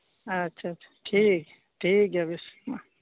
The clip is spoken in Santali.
ᱟᱪᱪᱷᱟ ᱟᱪᱪᱷᱟ ᱴᱷᱤᱠ ᱴᱷᱤᱠ ᱜᱮᱭᱟ ᱵᱮᱥ ᱢᱟ